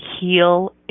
heal